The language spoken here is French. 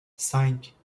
cinq